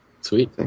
sweet